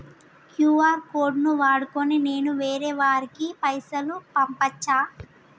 QR code ను వాడుకొని నేను వేరే వారికి పైసలు పంపచ్చా?